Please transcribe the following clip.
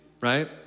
right